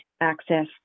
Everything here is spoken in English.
access